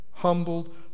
Humbled